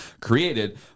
created